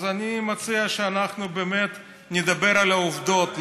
אז אני מציע שאנחנו באמת נדבר על העובדות,